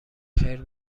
خیر